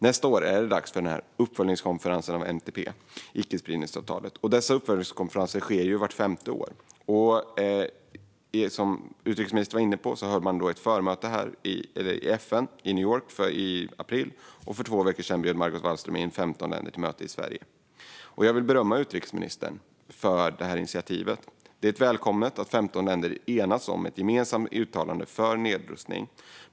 Nästa år är det dags för uppföljningskonferensen av NPT, icke-spridningsavtalet. Dessa uppföljningskonferenser hålls vart femte år. Som utrikesministern var inne på hölls i april ett förmöte i FN i New York, och för två veckor sedan bjöd Margot Wallström in 15 länder till ett möte i Sverige. Jag vill berömma utrikesministern för initiativet. Det är välkommet att 15 länder enats om ett gemensamt uttalande för nedrustning.